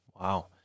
Wow